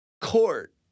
court